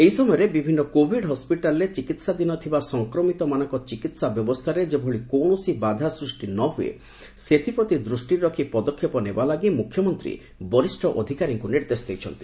ଏହି ସମୟରେ ବିଭିନ୍ନ କୋଭିଡ୍ ହସ୍କିଟାଲ୍ରେ ଚିକିହାଧୀନ ଥିବା ସଂକ୍ରମିତମାନଙ୍କର ଚିକିହା ବ୍ୟବସ୍ଥାରେ ଯେଭଳି କୌଣସି ବାଧା ସୃଷ୍ଟି ନ ହୁଏ ସେଥିପ୍ରତି ଦୃଷ୍ଟି ରଖି ପଦକ୍ଷେପ ନେବା ଲାଗି ମୁଖ୍ୟମନ୍ତ୍ରୀ ବରିଷ୍ଣ ଅଧିକାରୀଙ୍କୁ ନିର୍ଦ୍ଦେଶ ଦେଇଛନ୍ତି